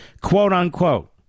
quote-unquote